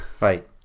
Right